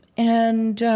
and